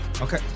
Okay